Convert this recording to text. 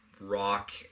rock